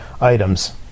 items